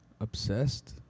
obsessed